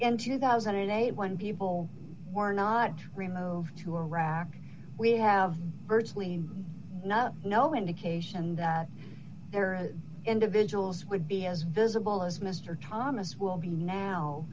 in two thousand and eight when people were not removed to iraq we have virtually no no indication that there are individuals would be as visible as mr thomas will be now